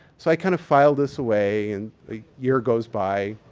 so, i kind of filed this away and a year goes by.